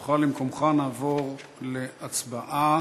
בשובך למקומך נעבור להצבעה